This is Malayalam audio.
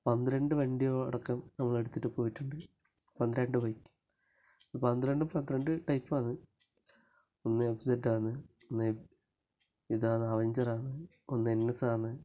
പന്ത്രണ്ട് വണ്ടികൾ അടക്കം നമ്മൾ എടുത്തിട്ട് പോയിട്ടുണ്ട് പന്ത്രണ്ട് ബൈക്ക് പന്ത്രണ്ടും പന്ത്രണ്ട് ടൈപ്പാണ് ഒന്ന് എംസെറ്റാണ് ഒന്ന് ഇതാണ് അവഞ്ചറാണ് ഒന്ന് എൻഎസ് ആണ്